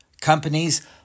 companies